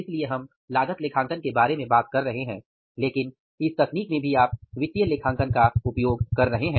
इसलिए हम लागत लेखांकन के बारे में बात कर रहे हैं लेकिन इस तकनीक में भी आप वित्तीय लेखांकन का उपयोग कर रहे हैं